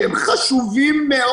שהם חשובים מאוד.